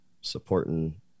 supporting